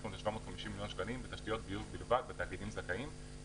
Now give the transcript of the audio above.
750 מיליוני שקלים לתשתיות ביוב בלבד בתאגידים זכאים.